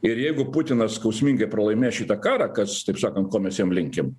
ir jeigu putinas skausmingai pralaimės šitą karą kas taip sakant ko mes jam linkim